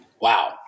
Wow